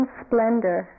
splendor